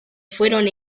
fueron